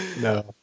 No